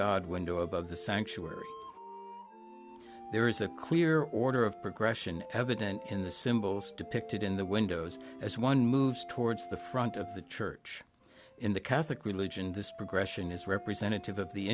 god window above the sanctuary there is a clear order of progression evident in the symbols depicted in the windows as one moves towards the front of the church in the catholic religion this progression is representative of the